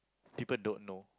people don't know